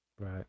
right